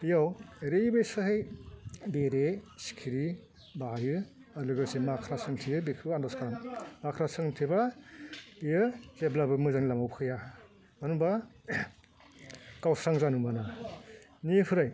बियाव ओरैबायदिहाय बेरे सिखिरि बायो आरो लोगोसे माख्रा सोंथेयो बेखौ आनदाज खालाम माख्रा सोंथेबा बियो जेब्लाबो मोजांनि लामायाव फैया मानो होनबा गावस्रां जानो मोना बिनिफ्राय